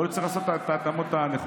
יכול להיות שצריך לעשות את ההתאמות הנכונות.